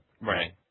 Right